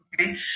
Okay